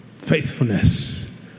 faithfulness